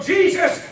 Jesus